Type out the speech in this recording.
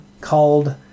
called